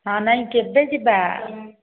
ହଁ ନାଇଁ କେବେ ଯିବା